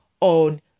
on